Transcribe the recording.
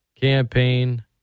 Campaign